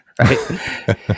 Right